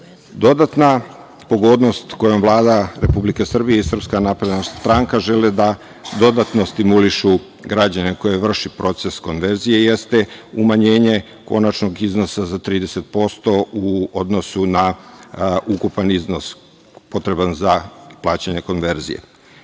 Dodatna pogodnost kojom Vlada Republike Srbije i SNS žele da dodatno stimulišu građane koji vrše proces konverzije jeste umanjenje konačnog iznosa za 30% u odnosu na ukupan iznos potreban za plaćanje konverzije. Dodatni